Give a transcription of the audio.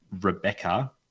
Rebecca